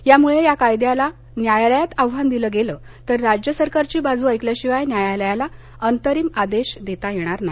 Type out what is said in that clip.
त्यामुळे या कायद्याला न्यायालायात आव्हान दिलं गेलं तर राज्य सरकारची बाजू ऐकल्याशिवाय न्यायालयाला अंतरिम आदेश देता येणार नाही